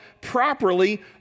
properly